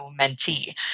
mentee